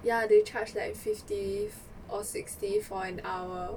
ya they charge like fifty or sixty for an hour